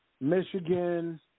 Michigan